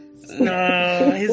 No